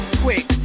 quick